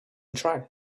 try